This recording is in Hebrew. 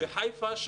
בחיפה.